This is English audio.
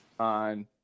on